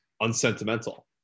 unsentimental